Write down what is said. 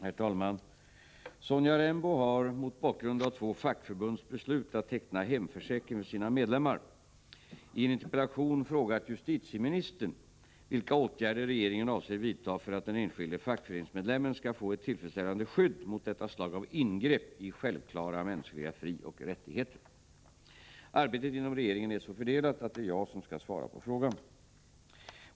Herr talman! Sonja Rembo har — mot bakgrund av två fackförbunds beslut att teckna hemförsäkring för sina medlemmar — i en interpellation frågat justitieministern vilka åtgärder regeringen avser vidta för att den enskilde fackföreningsmedlemmen skall få ett tillfredsställande skydd mot detta slag av ingrepp i självklara mänskliga frioch rättigheter. Arbetet inom regeringen är så fördelat att det är jag som skall svara på frågan.